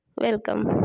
Welcome